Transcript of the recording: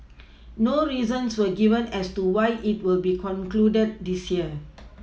no reasons were given as to why it will be concluded this year